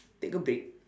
take a break